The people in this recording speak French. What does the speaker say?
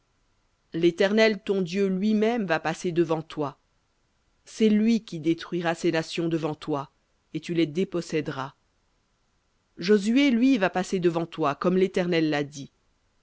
l'éternel ton dieu lui-même va passer devant toi c'est lui qui détruira ces nations devant toi et tu les dépossèderas josué lui va passer devant toi comme l'éternel l'a dit